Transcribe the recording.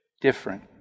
different